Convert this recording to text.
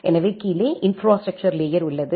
எனவே கீழே infrastructure layer உள்ளது